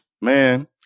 man